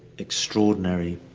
extraordinary,